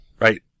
Right